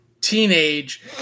Teenage